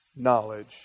knowledge